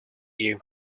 you